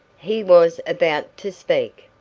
he was about to speak.